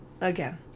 again